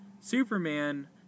Superman